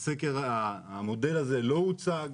המודל הזה לא הוצג,